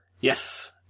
Yes